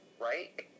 Right